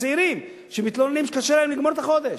צעירים שמתלוננים שקשה להם לגמור את החודש.